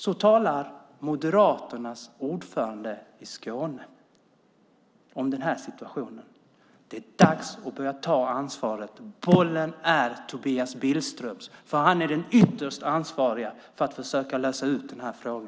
Så talar Moderaternas ordförande i Skåne om denna situation. Det är dags att börja ta ansvar. Bollen är Tobias Billströms. Han är ytterst ansvarig för att försöka lösa denna fråga.